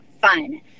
fun